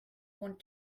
want